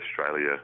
Australia